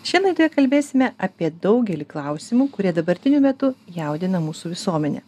šioje laidoje kalbėsime apie daugelį klausimų kurie dabartiniu metu jaudina mūsų visuomenę